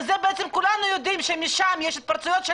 וכולנו יודעים ששם יש התפרצויות של